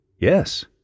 Yes